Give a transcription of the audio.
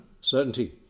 certainty